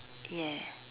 yes